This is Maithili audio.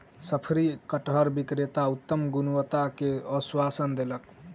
शफरी कटहर विक्रेता उत्तम गुणवत्ता के आश्वासन देलक